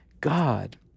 God